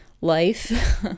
life